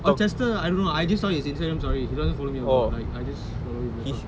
oh chester I don't know I just saw his Instagram story he don't follow me also I just follow him that's all